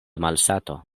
malsato